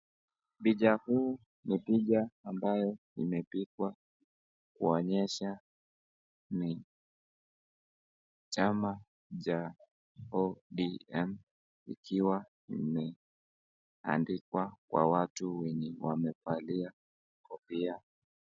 Picha huu ni picha ambayo imepigwa kuonyesha ni chama cha ODM ikiwa imeandikwa kwa watu wenye wamevalia kofia.